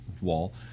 wall